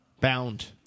Bound